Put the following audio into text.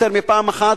יותר מפעם אחת,